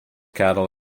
cattle